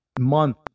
month